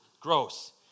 Gross